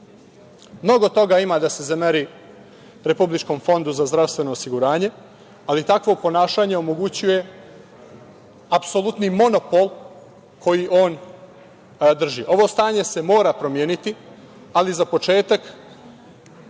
toga ima da se zameri Republičkom fondu za zdravstveno osiguranje, ali takvo ponašanje omogućuje apsolutni monopol koji on drži. Ovo stanje se mora promeniti, ali za početak